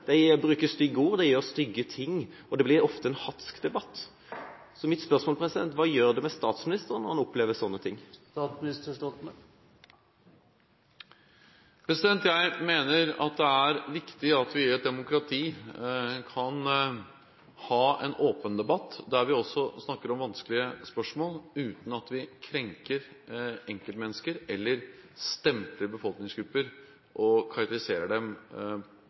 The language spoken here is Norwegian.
de bruker stygge ord og gjør stygge ting, og det blir ofte en hatsk debatt. Mitt spørsmål er: Hva gjør det med statsministeren når han opplever sånne ting? Jeg mener det er viktig at vi i et demokrati kan ha en åpen debatt der vi også snakker om vanskelige spørsmål, uten at vi krenker enkeltmennesker eller stempler befolkningsgrupper og karakteriserer dem